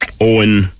Owen